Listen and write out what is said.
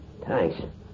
Thanks